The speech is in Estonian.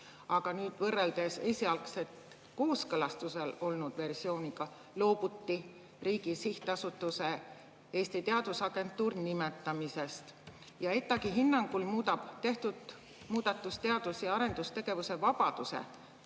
Aga nüüd võrreldes esialgsel kooskõlastusel olnud versiooniga loobuti riigi sihtasutuse Eesti Teadusagentuur nimetamisest ja ETAG-i hinnangul muudab tehtud muudatus teadus- ja arendustegevuse vabaduse